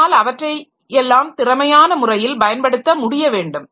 நம்மால் அவற்றை எல்லாம் திறமையான முறையில் பயன்படுத்த முடிய வேண்டும்